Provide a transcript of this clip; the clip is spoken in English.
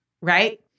Right